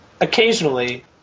occasionally